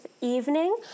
evening